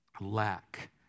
lack